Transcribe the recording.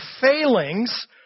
failings